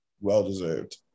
Well-deserved